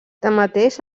tanmateix